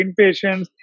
inpatients